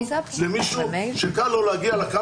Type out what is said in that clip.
חברי ועדת הקלפי לבין הנגישות שלהם לקלפי?